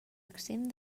exempt